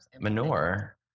manure